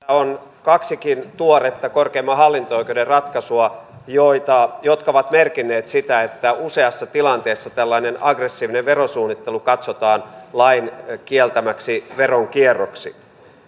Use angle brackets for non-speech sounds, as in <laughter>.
<unintelligible> on kaksikin tuoretta korkeimman hallinto oikeuden ratkaisua jotka ovat merkinneet sitä että useassa tilanteessa tällainen aggressiivinen verosuunnittelu katsotaan lain kieltämäksi veronkierroksi